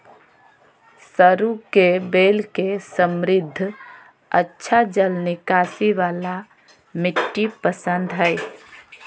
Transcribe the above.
सरू के बेल के समृद्ध, अच्छा जल निकासी वाला मिट्टी पसंद हइ